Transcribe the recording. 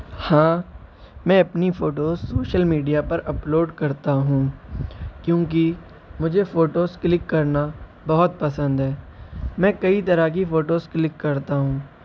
ہاں میں اپنی فوٹو سوشل میڈیا پر اپلوڈ کرتا ہوں کیونکہ مجھے فوٹوز کلک کرنا بہت پسند ہے میں کئی طرح کی فوٹوز کلک کرتا ہوں